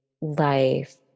life